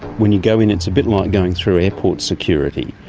when you go in it's a bit like going through airport security.